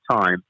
time